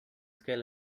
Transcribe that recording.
scale